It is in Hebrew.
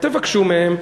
תבקשו מהם,